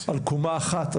על קומה אחת,